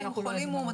שאנחנו לא יודעים